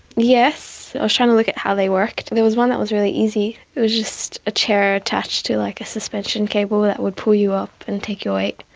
yes. i was trying to look at how they worked. there was one that was really easy, it was just chair attached to like a suspension cable that would pull you up and take your weight.